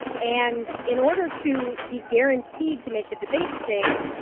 and in order to be guaranteed to make the debate stage,